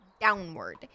downward